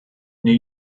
new